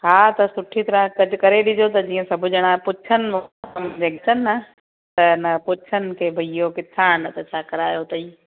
हा त सुठी तरह सेट करे ॾिजो त जीअं सभु ॼणां पुछनि अचनि त न पुछनि की भई इहो किथां आहिनि त छा करायो अथई